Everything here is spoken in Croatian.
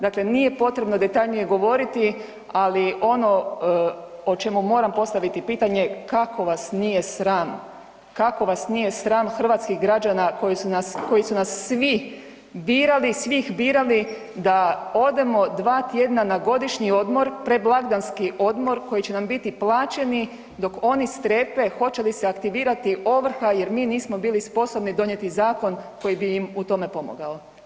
Dakle nije potrebno detaljnije govoriti, ali ono o čemu moram postaviti pitanje kako vas nije sram, kako vas nije sram hrvatskih građana koji su nas, koji su nas svi birali, svih birali da odemo dva tjedna na godišnji odmor, predblagdanski odmor koji će nam biti plaćeni dok ono strepe hoće li se aktivirati ovrha jer mi nismo bili sposobni donijeti zakon koji bi im u tome pomogao.